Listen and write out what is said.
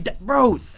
Bro